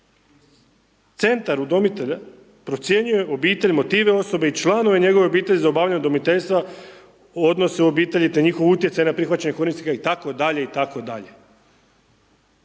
Centar udomitelja procjenjuje obitelj, motive osobe i članove njegove obitelji za obavljanje udomiteljstva u odnosu obitelji, te njihov utjecaj na prihvaćanje korisnika itd.